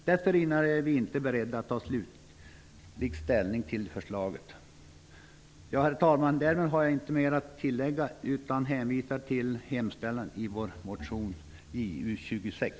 Dessförinnan är vi inte beredda att ta slutlig ställning till förslaget. Herr talman! Därmed har jag inte mer att tillägga, utan hänvisar till hemställan i vår motion Ju26.